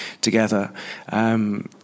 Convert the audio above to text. together